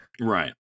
Right